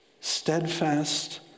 Steadfast